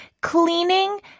cleaning